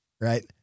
Right